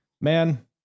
man